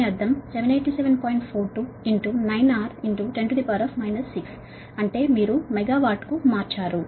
42 9 R 10 6 అంటే మీరు megawatt కు మార్చారు